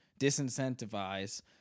disincentivize